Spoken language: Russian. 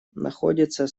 находится